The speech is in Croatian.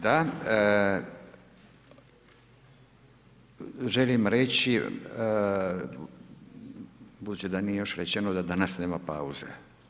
Da, želim reći budući da nije još rečeno da danas nema pauze.